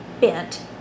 bent